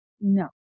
no